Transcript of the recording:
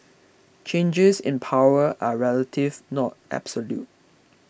changes in power are relative not absolute